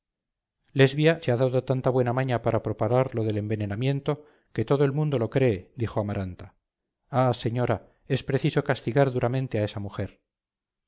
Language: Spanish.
lesbia se ha dado tan buena maña para propalar lo del envenenamiento que todo el mundo lo cree dijo amaranta ah señora es preciso castigar duramente a esa mujer